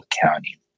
County